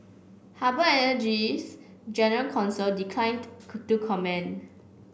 harbour energy's general counsel declined to comment